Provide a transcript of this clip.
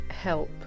help